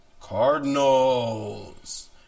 Cardinals